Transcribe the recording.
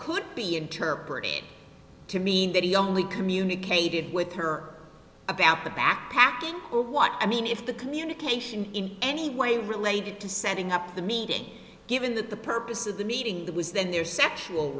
could be interpreted to mean that he only communicated with her about the backpack or what i mean if the communication in any way related to sending up the media given that the purpose of the meeting that was then their sexual